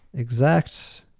exact